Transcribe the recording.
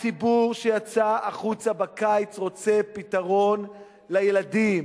הציבור שיצא החוצה בקיץ רוצה פתרון לילדים,